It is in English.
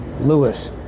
Lewis